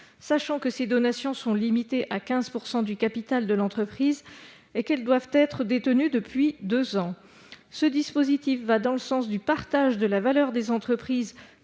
sachant que ces donations sont limitées à 15 % du capital de l'entreprise et que les parts ou actions concernées doivent être détenues depuis deux ans. Ce dispositif va dans le sens du partage de la valeur des entreprises,